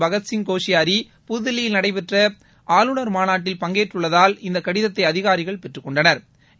பகத்சிங் கோஷியாரி புதுதில்லியில் நடைபெற்ற ஆளுநர்கள் மாநாட்டில் பங்கேற்றுள்ளதால் இந்த கடிதத்தை அதிகாரிகள் பெற்றுக் கொண்டனா்